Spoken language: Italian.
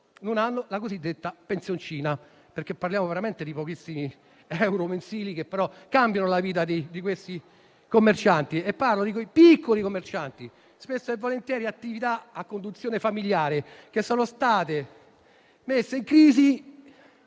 non hanno la cosiddetta pensioncina. Parliamo veramente di pochissimi euro mensili che, però, cambiano la vita di questi commercianti. Mi riferisco a quei piccoli commercianti, spesso e volentieri attività a conduzione familiare che sono state messe in crisi